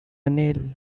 nail